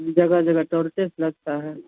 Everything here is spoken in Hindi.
जगह जगह टोल टेक्स लगता है